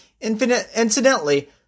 Incidentally